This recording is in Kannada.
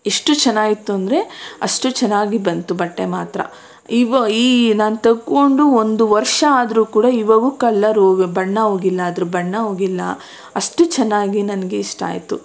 ಎಷ್ಟು ಚೆನ್ನಾಗಿತ್ತು ಅಂದರೆ ಅಷ್ಟು ಚೆನ್ನಾಗಿ ಬಂತು ಬಟ್ಟೆ ಮಾತ್ರ ಇವ ಈ ನಾನು ತೊಗೊಂಡು ಒಂದು ವರ್ಷ ಆದರೂ ಕೂಡ ಇವಾಗೂ ಕಲರೂ ಬಣ್ಣ ಹೋಗಿಲ್ಲ ಅದರ ಬಣ್ಣ ಹೋಗಿಲ್ಲ ಅಷ್ಟು ಚೆನ್ನಾಗಿ ನನಗೆ ಇಷ್ಟ ಆಯಿತು